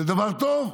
זה דבר טוב,